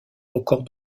record